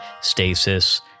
stasis